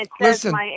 Listen